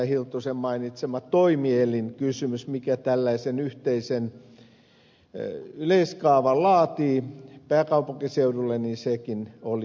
hiltusen mainitsema kysymys toimielimestä joka yhteisen yleiskaavan laatii pääkaupunkiseudulle on jäänyt pohtimatta